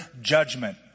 judgment